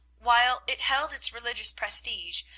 while it held its religious prestige,